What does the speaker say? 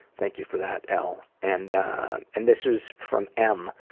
thank you for that, l. and and this is from m.